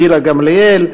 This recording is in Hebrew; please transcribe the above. גילה גמליאל,